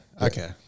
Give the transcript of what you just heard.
okay